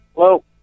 Hello